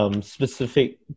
Specific